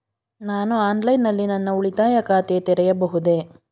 ನಾನು ಆನ್ಲೈನ್ ನಲ್ಲಿ ನನ್ನ ಉಳಿತಾಯ ಖಾತೆ ತೆರೆಯಬಹುದೇ?